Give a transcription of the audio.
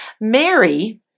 Mary